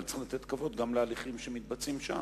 אבל צריך גם לתת כבוד להליכים שמתבצעים שם.